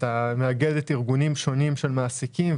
נוכל להעביר לכם רשימה של דברים שקרו כדי שתראו במה התמקדנו ב-2021.